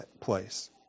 place